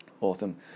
Awesome